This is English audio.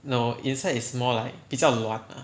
no inside is more like 比较软 lah